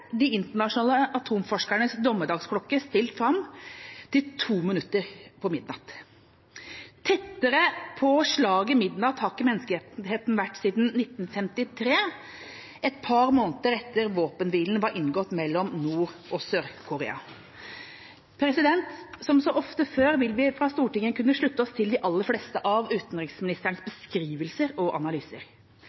de internasjonale atomforskernes dommedagsklokke stilt fram til to minutter på midnatt. Tettere på slaget midnatt har ikke menneskeheten vært siden 1953, et par måneder etter at våpenhvilen var inngått mellom Nord- og Sør-Korea. Som så ofte før vil vi fra Stortinget kunne slutte oss til de aller fleste av utenriksministerens beskrivelser og analyser.